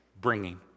bringing